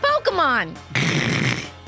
Pokemon